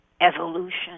evolution